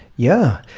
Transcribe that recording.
yeah.